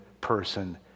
person